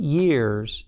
years